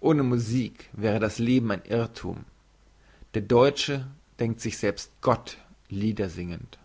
ohne musik wäre das leben ein irrthum der deutsche denkt sich selbst gott liedersingend